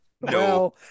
No